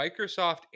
microsoft